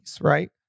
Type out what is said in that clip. right